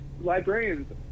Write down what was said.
librarians